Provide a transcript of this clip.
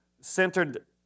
centered